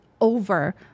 over